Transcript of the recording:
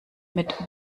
mit